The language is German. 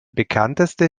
bekannteste